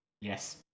Yes